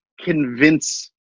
convince